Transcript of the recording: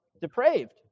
depraved